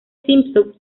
simpson